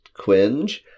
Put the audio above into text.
Quinge